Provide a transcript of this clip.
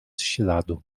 śladu